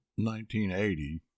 1980